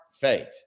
faith